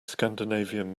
scandinavian